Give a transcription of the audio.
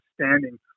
standing